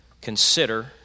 consider